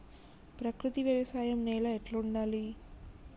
ప్రకృతి వ్యవసాయం నేల ఎట్లా ఉండాలి?